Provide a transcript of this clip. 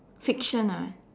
fiction ah